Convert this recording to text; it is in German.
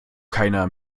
keiner